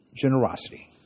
generosity